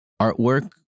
artwork